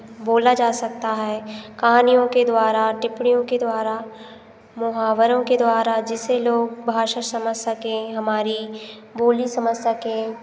बोला जा सकता है कहानियों के द्वारा टिप्पणियों के द्वारा मुहावरों के द्वारा जिसे लोग भाषा समझ सकें हमारी बोली समझ सकें